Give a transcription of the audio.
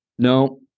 No